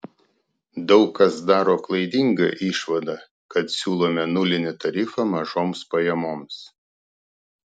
daug kas daro klaidingą išvadą kad siūlome nulinį tarifą mažoms pajamoms